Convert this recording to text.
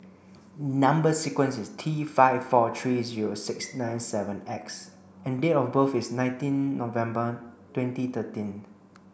number sequence is T five four three zero six nine seven X and date of birth is nineteen November twenty thirteen